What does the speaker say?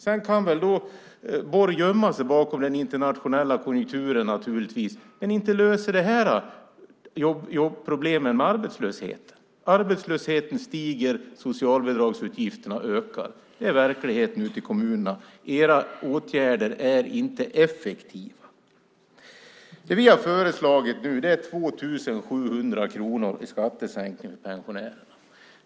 Borg kan naturligtvis gömma sig bakom den internationella konjunkturen, men det löser inte problemet med arbetslösheten. Arbetslösheten stiger, socialbidragsutgifterna ökar. Det är verkligheten ute i kommunerna. Era åtgärder är inte effektiva. Vi har föreslagit 2 700 kronor i skattesänkning till pensionärerna.